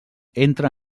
entra